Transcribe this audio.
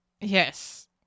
Yes